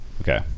Okay